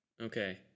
Okay